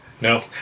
No